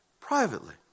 privately